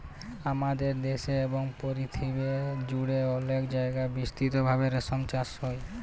হামাদের দ্যাশে এবং পরথিবী জুড়ে অলেক জায়গায় বিস্তৃত ভাবে রেশম চাস হ্যয়